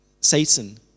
Satan